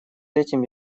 этим